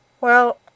Well